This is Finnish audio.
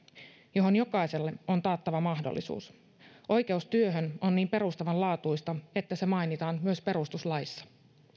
johon jokaiselle on taattava mahdollisuus oikeus työhön on niin perustavanlaatuista että se mainitaan myös perustuslaissa